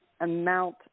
amount